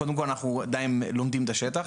קודם כל אנחנו עדיין לומדים את השטח,